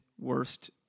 worst